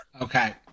Okay